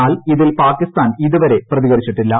എന്നാൽ ഇതിൽ പാകിസ്ഥാൻ ഇതുവരെ പ്രതികരിച്ചിട്ടില്ല